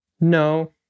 No